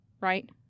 right